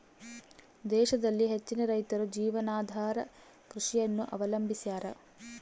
ದೇಶದಲ್ಲಿ ಹೆಚ್ಚಿನ ರೈತರು ಜೀವನಾಧಾರ ಕೃಷಿಯನ್ನು ಅವಲಂಬಿಸ್ಯಾರ